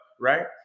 right